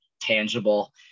tangible